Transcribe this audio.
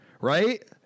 right